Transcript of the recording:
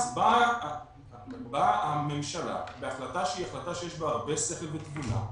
אז באה הממשלה בהחלטה שהיא החלטה שיש בה הרבה שכל ותבונה,